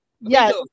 Yes